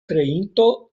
kreinto